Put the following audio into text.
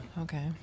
Okay